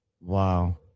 Wow